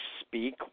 speak